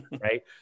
Right